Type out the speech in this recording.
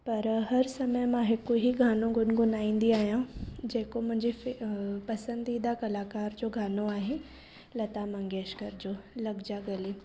पर हर समय मां हिकु ई गानो गुनगुनाईंदी आहियां जेको मुंहिंजी फेव पसंदीदा कलाकार जो गानो आहे लता मंगेशकर जो लग जा गले